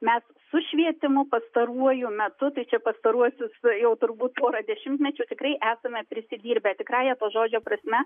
mes su švietimu pastaruoju metu tai čia pastaruosius jau turbūt porą dešimtmečių tikrai esame prisidirbę tikrąja to žodžio prasme